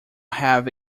have